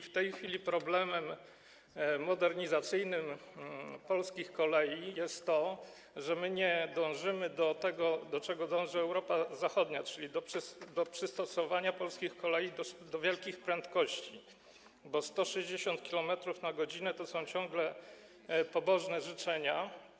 W tej chwili problemem modernizacyjnym polskich kolei jest to, że my nie dążymy do tego, do czego dąży Europa Zachodnia, czyli do przystosowania polskich kolei do wielkich prędkości, bo 160 km/h to są ciągle pobożne życzenia.